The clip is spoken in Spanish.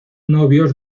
novios